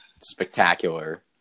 spectacular